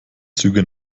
züge